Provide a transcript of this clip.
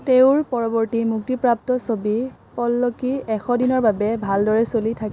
তেওঁৰ পৰৱৰ্তী মুক্তিপ্ৰাপ্ত ছবি পল্লক্কি এশ দিনৰ বাবে ভালদৰে চলি থাকিল